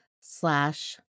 slash